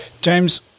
James